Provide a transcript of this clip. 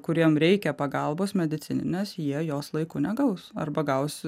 kuriem reikia pagalbos medicininės jie jos laiku negaus arba gaus